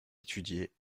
étudier